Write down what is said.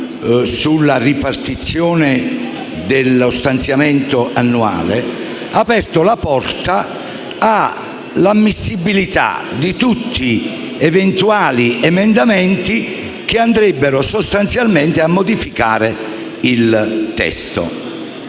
sulla ripartizione dello stanziamento annuale, all'ammissibilità di tutte le eventuali proposte che andrebbero sostanzialmente a modificare il testo.